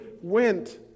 went